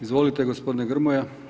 Izvolite gospodine Grmoja.